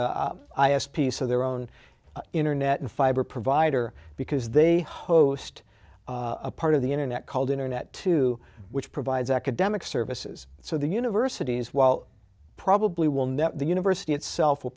have piece of their own internet and fiber provider because they host a part of the internet called internet two which provides academic services so the universities while probably will net the university itself will